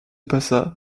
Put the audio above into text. passa